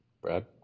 Brad